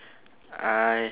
I